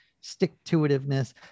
stick-to-itiveness